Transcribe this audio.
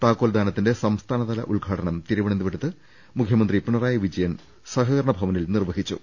താക്കോൽദാനത്തിന്റെ സംസ്ഥാനതല ഉദ്ഘാടനം തിരുവനന്തപുരത്ത് മുഖ്യമന്ത്രി പിണറായി വിജയൻ സഹകരണ ഭവനിൽ നിർവഹിച്ചു